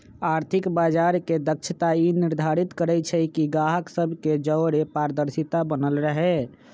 आर्थिक बजार के दक्षता ई निर्धारित करइ छइ कि गाहक सभ के जओरे पारदर्शिता बनल रहे